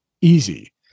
easy